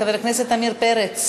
חבר הכנסת עמיר פרץ.